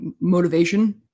motivation